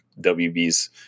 WB's